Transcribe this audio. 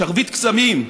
שרביט קסמים,